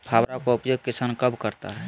फावड़ा का उपयोग किसान कब करता है?